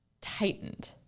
tightened